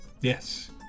Yes